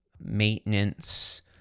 maintenance